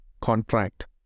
contract